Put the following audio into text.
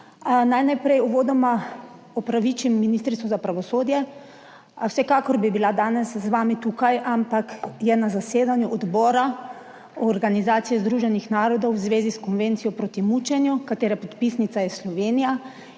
Naj najprej uvodoma opravičim ministrico za pravosodje. Vsekakor bi bila danes z vami tukaj, ampak je na zasedanju odbora Organizacije združenih narodov v zvezi s Konvencijo proti mučenju, katere podpisnica je Slovenija